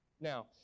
Now